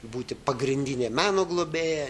būti pagrindinė meno globėja nėra šiandien